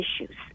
issues